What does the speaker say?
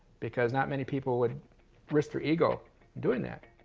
because not many people would risk their ego doing that.